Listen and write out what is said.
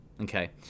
Okay